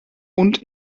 und